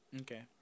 Okay